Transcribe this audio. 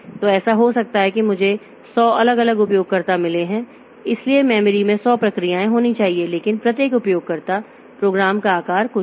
तो ऐसा हो सकता है कि मुझे 100 अलग अलग उपयोगकर्ता मिले हैं इसलिए मेमोरी में 100 प्रक्रियाएं होनी चाहिए लेकिन प्रत्येक उपयोगकर्ता प्रोग्राम का आकार कुछ है